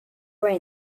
grey